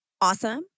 awesome